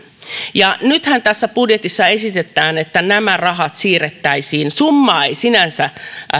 nythän tässä budjetissa esitetään että nämä rahat siirrettäisiin summaa ei sinänsä